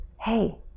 hey